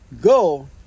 Go